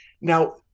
now